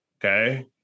Okay